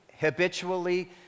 habitually